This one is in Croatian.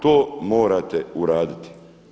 To morate uraditi.